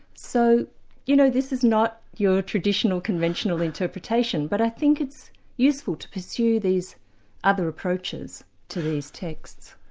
so you know, this is not your traditional conventional interpretation, but i think it's useful to pursue these other approaches to these texts.